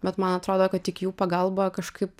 bet man atrodo kad tik jų pagalba kažkaip